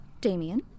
Damien